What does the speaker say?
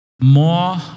More